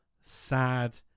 sad